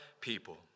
people